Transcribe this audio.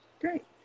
Great